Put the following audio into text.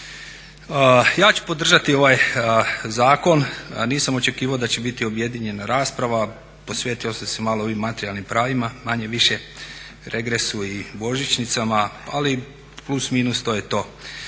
Ja ću podržati ovaj zakon a nisam očekivao da će biti objedinjena rasprava, posvetio sam se malo ovim materijalnim pravima manje-više regresu i božićnicama, ali plus, minus, to je to.